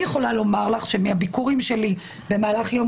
אני יכולה לומר לך שמהביקורים שלי במהלך יום